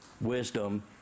wisdom